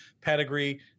pedigree